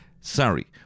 sorry